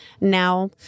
now